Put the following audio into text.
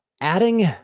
adding